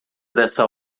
dessa